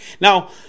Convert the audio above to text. now